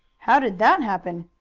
how did that happen?